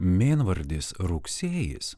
mėnvardis rugsėjis